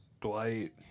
Dwight